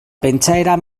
pentsaera